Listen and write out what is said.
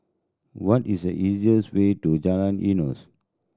what is the easiest way to Jalan Eunos